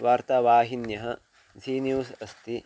वार्तावाहिन्यः Zee news अस्ति